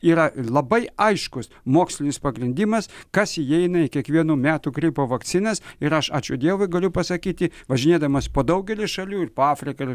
yra labai aiškus mokslinis pagrindimas kas įeina į kiekvienų metų gripo vakcinas ir aš ačiū dievui galiu pasakyti važinėdamas po daugelį šalių ir po afriką ir